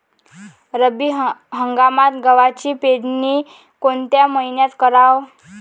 रब्बी हंगामात गव्हाची पेरनी कोनत्या मईन्यात कराव?